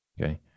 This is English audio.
Okay